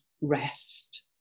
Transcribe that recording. rest